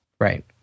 Right